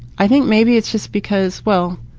i think maybe it's just because, well,